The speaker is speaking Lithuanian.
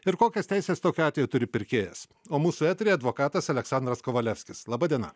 ir kokias teises tokiu atveju turi pirkėjas o mūsų eteryje advokatas aleksandras kovalevskis laba diena